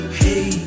hey